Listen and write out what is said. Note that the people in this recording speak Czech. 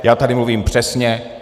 Já tady mluvím přesně.